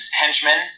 henchman